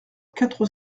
quatre